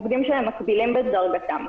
עובדים שהם מקבילים בדרגתם.